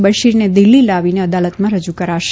બશીરને દિલ્હી લાવીને અદાલતમાં રજૂ કરાશે